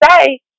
say